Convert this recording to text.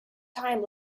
time